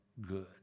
good